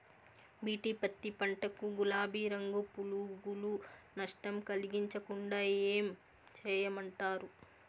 BT పత్తి పంట కు, గులాబీ రంగు పులుగులు నష్టం కలిగించకుండా ఏం చేయమంటారు?